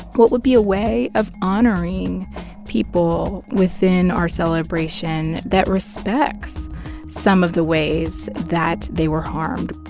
what would be a way of honoring people within our celebration that respects some of the ways that they were harmed?